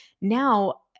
now